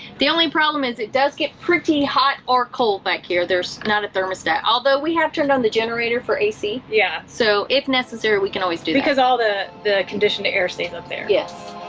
the only problem is it does get pretty hot or cold back here. there's not a thermostat. although we have turned on the generator for ac, yeah. so if necessary, we can always do that. because all the the conditioned air stays up there. yes.